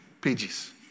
pages